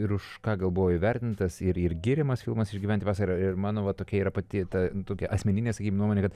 ir už ką gal buvo įvertintas ir ir giriamas filmas išgyventi vasarą ir man vat tokia yra pati ta tokia asmeninė sakykim nuomonė kad